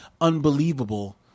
unbelievable